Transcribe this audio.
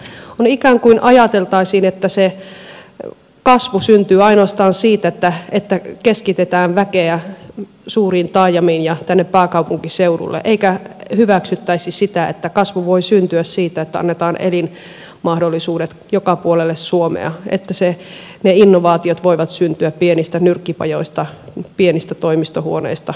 ikään kuin ajateltaisiin että se kasvu syntyy ainoastaan siitä että keskitetään väkeä suuriin taajamiin ja tänne pääkaupunkiseudulle eikä hyväksyttäisi sitä että kasvu voi syntyä siitä että annetaan elinmahdollisuudet joka puolelle suomea että ne innovaatiot voivat syntyä pienissä nyrkkipajoissa pienissä toimistohuoneissa navetoissa